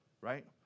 right